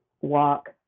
walk